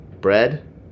Bread